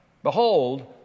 Behold